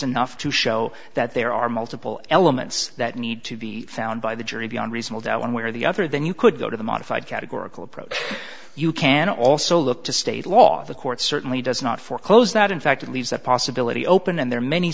enough to show that there are multiple elements that need to be found by the jury beyond reasonable doubt one way or the other then you could go to the modified categorical approach you can also look to state law if the court certainly does not foreclose that in fact it leaves that possibility open and there are many